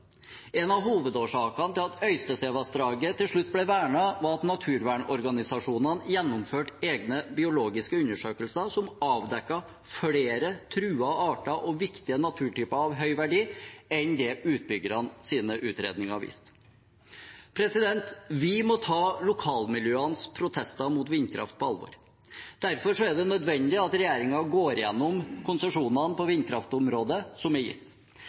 En av hovedårsakene til at Øystesevassdraget til slutt ble vernet, var at naturvernorganisasjonene gjennomførte egne biologiske undersøkelser som avdekket flere truede arter og viktige naturtyper av høy verdi enn det utbyggernes utredninger viste. Vi må ta lokalmiljøenes protester mot vindkraft på alvor. Derfor er det nødvendig at regjeringen går gjennom konsesjonene på vindkraftområdet som er gitt.